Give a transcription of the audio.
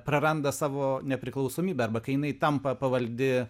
praranda savo nepriklausomybę arba kai jinai tampa pavaldi